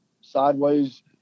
sideways